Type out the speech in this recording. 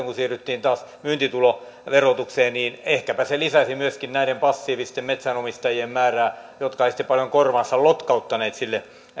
kun siirryttiin taas myyntituloverotukseen niin ehkäpä se lisäsi myöskin näiden passiivisten metsänomistajien määrää jotka eivät sitten paljoa korvaansa lotkauttaneet sille